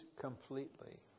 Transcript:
completely